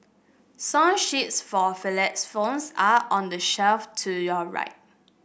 song sheets for xylophones are on the shelf to your right